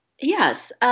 Yes